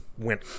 went